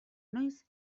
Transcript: noiz